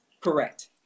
Correct